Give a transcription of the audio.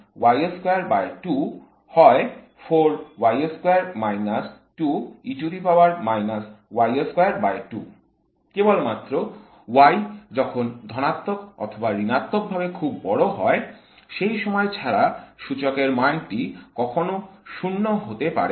কেবলমাত্র y যখন ধনাত্মক অথবা ঋণাত্মক ভাবে খুব বড় হয় সেই সময়ে ছাড়া সূচকের মানটি কখন 0 হতে পারে না